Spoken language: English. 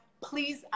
please